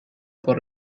por